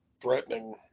threatening